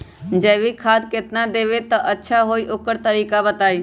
जैविक खाद केतना देब त अच्छा होइ ओकर तरीका बताई?